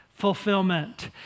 fulfillment